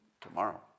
tomorrow